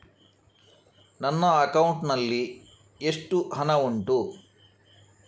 ನನ್ನ ಅಕೌಂಟ್ ನಲ್ಲಿ ಎಷ್ಟು ಹಣ ಉಂಟು?